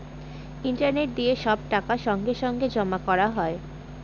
internet দিয়ে সব টাকা সঙ্গে সঙ্গে জমা করা হয়